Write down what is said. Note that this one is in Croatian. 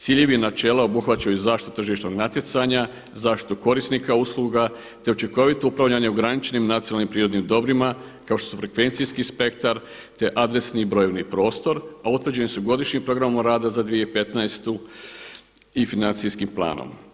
Ciljevi i načela obuhvaćaju zaštitu tržišnog natjecanja, zaštitu korisnika usluga, te učinkovito upravljanje u ograničenim nacionalnim prirodnim dobrima kao što su frekvencijski spektar, te adresni brojevni prostor, a utvrđeni su godišnjim programom rada za 2015. i financijskim planom.